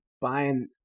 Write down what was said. buying